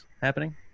happening